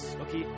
Okay